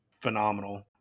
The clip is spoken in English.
phenomenal